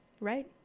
Right